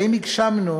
האם הגשמנו